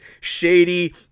shady